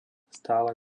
stále